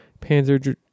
Panzer